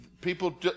People